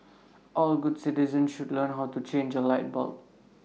all good citizens should learn how to change A light bulb